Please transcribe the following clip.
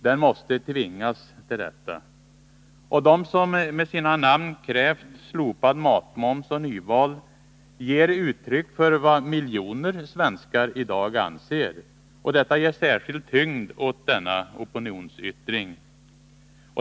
Den måste tvingas till detta. De som med sina namn krävt slopad matmoms och nyval ger uttryck för vad miljoner svenskar i dag anser. Detta ger särskild tyngd åt denna opinionsyttring.